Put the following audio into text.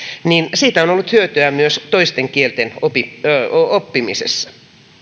on on ollut hyötyä myös toisten kielten oppimisessa